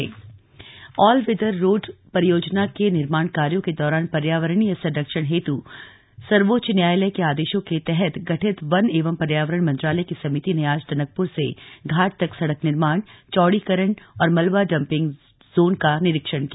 निरीक्षण all weather road all weather road परियोजना के निर्माण कार्यो के दौरान पर्यावरणीय संरक्षण हेतु सर्वोच्च न्यायालय के आदेशों के तहत गठित वन एवं पर्यावरण मंत्रालय की समिति ने आज टनकपुर से घाट तक सड़क निर्माण चौड़ीकरण और मलबा डंपिंग जोन का निरीक्षण किया